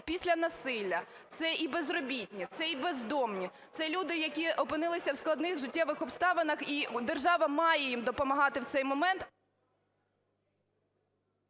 після насилля, це і безробітні, це і бездомні, це люди, які опинилися в складних життєвих обставинах, і держава має їм допомагати в цей момент…